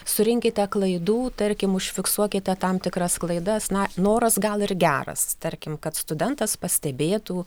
surinkite klaidų tarkim užfiksuokite tam tikras klaidas na noras gal ir geras tarkim kad studentas pastebėtų